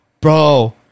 bro